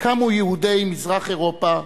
קמו יהודי מזרח-אירופה,